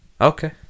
Okay